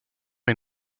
est